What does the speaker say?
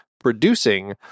producing